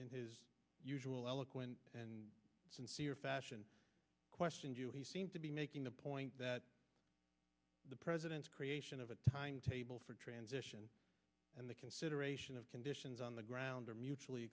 in his usual eloquent and sincere fashion question he seemed to be making the point that the president's creation of a timetable for transition and the consideration of conditions on the ground are mutually